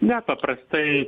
ne paprastai